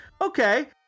okay